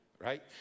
right